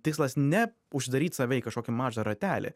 tikslas ne užsidaryt save į kažkokį mažą ratelį